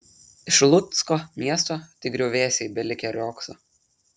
iš lucko miesto tik griuvėsiai belikę riogso